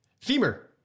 Femur